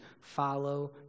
follow